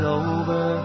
over